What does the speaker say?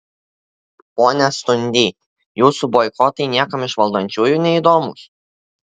pone stundy jūsų boikotai niekam iš valdančiųjų neįdomūs